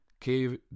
Cave